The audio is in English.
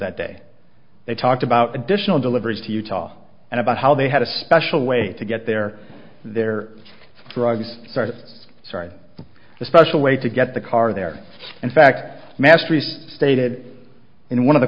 that day they talked about additional deliveries to utah and about how they had a special way to get there their drugs started sorry a special way to get the car there in fact masteries stated in one of the